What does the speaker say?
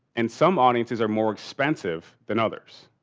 and some audiences are more expensive than others.